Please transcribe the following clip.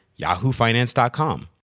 yahoofinance.com